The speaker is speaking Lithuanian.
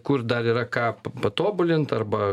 kur dar yra ką pa patobulint arba